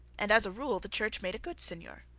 and as a rule the church made a good seigneur.